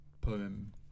poem